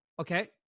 Okay